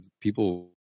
people